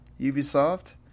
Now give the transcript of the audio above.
Ubisoft